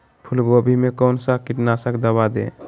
फूलगोभी में कौन सा कीटनाशक दवा दे?